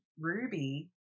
Ruby